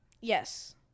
Yes